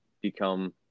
become